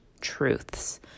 truths